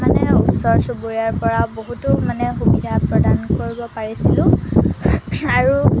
মানে ওচৰ চুবুৰীয়াৰপৰা বহুতো মানে সুবিধা প্ৰদান কৰিব পাৰিছিলোঁ আৰু